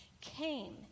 came